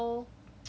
allow